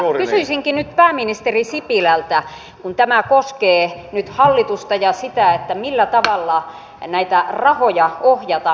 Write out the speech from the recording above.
kysyisinkin nyt pääministeri sipilältä kun tämä koskee nyt hallitusta ja sitä millä tavalla näitä rahoja ohjataan